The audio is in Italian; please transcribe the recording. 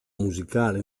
musicale